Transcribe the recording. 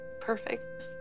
perfect